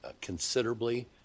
considerably